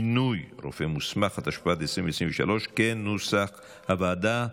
(מינוי רופא מוסמך), התשפ"ד 2023, כנוסח הוועדה.